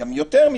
יותר מזה,